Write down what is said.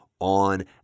on